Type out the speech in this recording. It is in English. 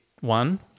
One